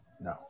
no